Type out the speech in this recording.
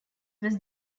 was